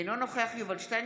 אינו נוכח יובל שטייניץ,